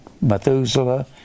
Methuselah